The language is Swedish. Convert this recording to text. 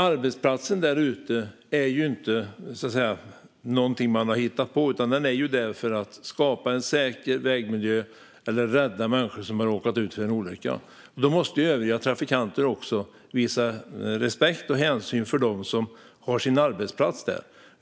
Arbetsplatserna på vägarna är inte någonting som man bara har hittat på, utan de finns där för att man ska skapa en säker vägmiljö eller rädda människor som har råkat ut för en olycka. Då måste övriga trafikanter visa respekt och hänsyn till dem som har sin arbetsplats där.